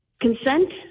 consent